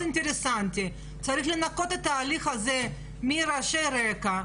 אינטרסנטי צריך לנקות את ההליך הזה מרעשי רקע.